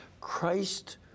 Christ